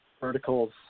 verticals